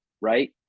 right